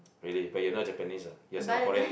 really but you're not Japanese ah you're Singaporean lah